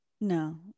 No